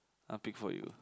I'll pick for you